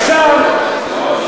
עכשיו,